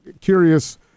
Curious